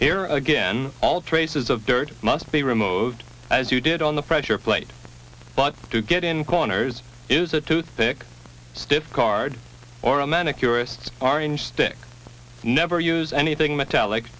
here again all traces of dirt must be removed as you did on the pressure plate but to get in corners is that too thick stiff card or a manicurist are inch thick never use anything metallic